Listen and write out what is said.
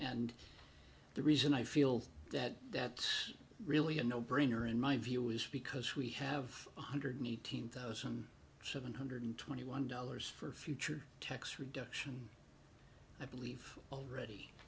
and the reason i feel that that's really a no brainer in my view is because we have one hundred eighteen thousand seven hundred twenty one dollars for future tax reduction i believe already